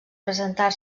presentar